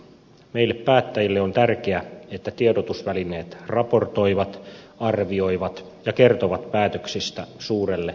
meille päättäjille on tärkeää että tiedotusvälineet raportoivat arvioivat ja kertovat päätöksistä suurelle lukijakunnalle